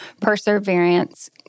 perseverance